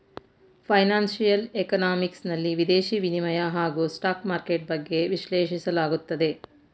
financial economics ನಲ್ಲಿ ವಿದೇಶಿ ವಿನಿಮಯ ಹಾಗೂ ಸ್ಟಾಕ್ ಮಾರ್ಕೆಟ್ ಬಗ್ಗೆ ವಿಶ್ಲೇಷಿಸಲಾಗುತ್ತದೆ